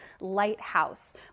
lighthouse